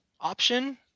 option